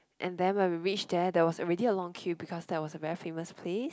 and then when we reached there there was already a long queue because that was a very famous place